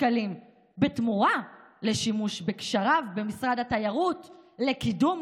שקלים בתמורה לשימוש בקשריו במשרד התיירות לקידום,